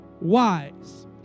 wise